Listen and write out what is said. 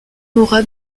mora